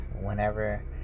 Whenever